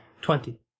Twenty